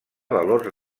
valors